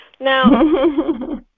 Now